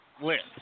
list